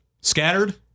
Scattered